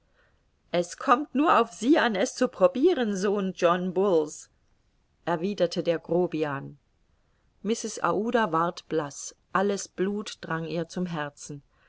es kommt nur auf sie an es zu probiren sohn john bull's erwiderte der grobian mrs aouda ward blaß alles blut drang ihr zum herzen